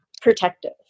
protective